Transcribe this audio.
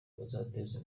uzateza